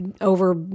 over